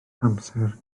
amser